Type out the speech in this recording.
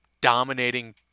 dominating